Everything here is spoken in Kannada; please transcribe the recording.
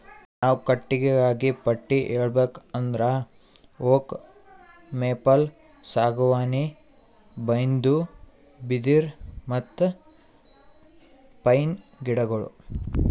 ನಾವ್ ಕಟ್ಟಿಗಿಗಾ ಪಟ್ಟಿ ಹೇಳ್ಬೇಕ್ ಅಂದ್ರ ಓಕ್, ಮೇಪಲ್, ಸಾಗುವಾನಿ, ಬೈನ್ದು, ಬಿದಿರ್, ಮತ್ತ್ ಪೈನ್ ಗಿಡಗೋಳು